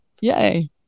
Yay